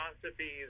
philosophies